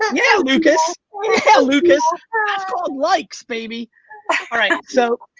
yeah lucas, yeah lucas, that's called likes baby. all right so,